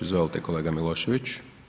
Izvolite kolega Milošević.